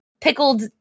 pickled